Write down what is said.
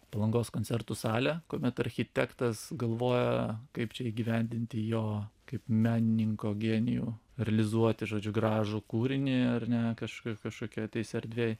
palangos koncertų salė kuomet architektas galvoja kaip čia įgyvendinti jo kaip menininko genijų realizuoti žodžiu gražų kūrinį ar ne kažkas kažkokioj tais erdvėj